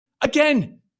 again